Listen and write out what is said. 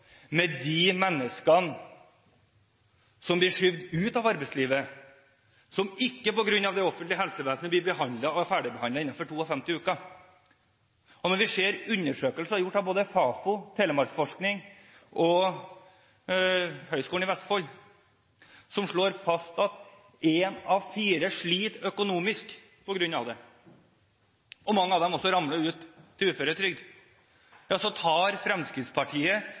med de menneskene som blir skjøvet ut av arbeidslivet, som på grunn av det offentlige helsevesenet ikke blir ferdigbehandlet innen 52 uker. Når vi ser undersøkelser gjort av både Fafo, Telemarksforskning og Høgskolen i Vestfold, som slår fast at én av fire sliter økonomisk på grunn av dette, og mange av dem også ramler ut til uføretrygd, tar Fremskrittspartiet